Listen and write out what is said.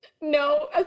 no